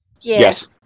Yes